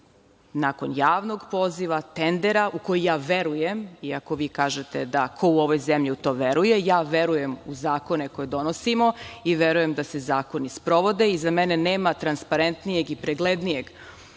nakon javnog poziva, tendera, u koji ja verujem, iako vi kažete da ko u ovoj zemlji u to veruje, ja verujem u zakone koje donosimo, i verujem da se zakoni sprovode i za mene nema transparentnijeg i preglednijeg načina